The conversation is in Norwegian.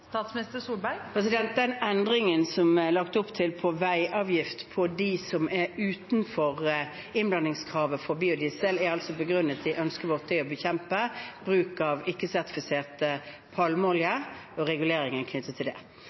Den endringen som det er lagt opp til, med veiavgift på biodiesel utenfor innblandingskravet, er begrunnet i ønsket vårt om å bekjempe bruk av ikke-sertifisert palmeolje og reguleringen knyttet til det.